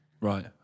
right